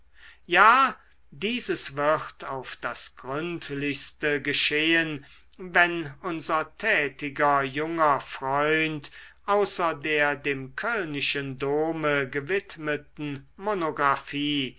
ja dieses wird auf das gründlichste geschehen wenn unser tätiger junger freund außer der dem kölnischen dome gewidmeten